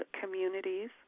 communities